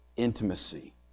intimacy